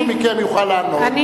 מישהו מכם יוכל לענות,